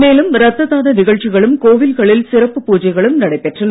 மேலும் இரத்த தான நிகழ்ச்சிகளும் கோவில்களில் சிறப்பு பூஜைகளும் நடைபெற்றன